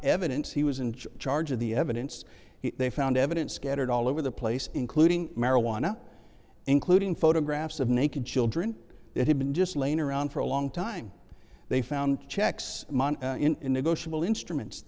evidence he was in charge of the evidence they found evidence scattered all over the place including marijuana including photographs of naked children that had been just laying around for a long time they found checks in negotiable instruments